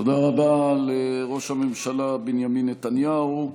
תודה רבה לראש הממשלה בנימין נתניהו,